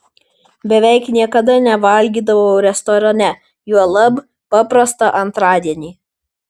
beveik niekada nevalgydavau restorane juolab paprastą antradienį